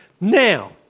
Now